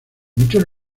muchos